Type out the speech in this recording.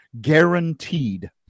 Guaranteed